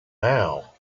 now